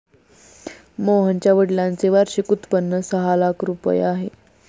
मोहनच्या वडिलांचे वार्षिक उत्पन्न सहा लाख रुपये आहे